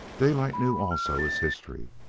daylight knew also his history,